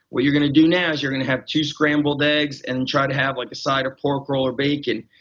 what you're going to do know is you're going to have two scrambled eggs and try to have like a side of pork roll of bacon.